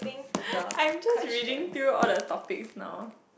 I'm just reading through all the topics now